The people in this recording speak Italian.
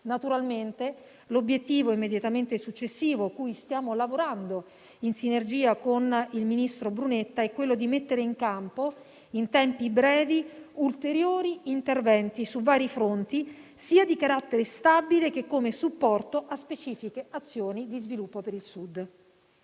Naturalmente l'obiettivo immediatamente successivo, cui stiamo lavorando in sinergia con il ministro Brunetta, è quello di mettere in campo in tempi brevi ulteriori interventi su vari fronti, sia di carattere stabile che come supporto a specifiche azioni di sviluppo per il Sud.